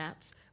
apps